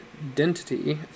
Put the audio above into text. identity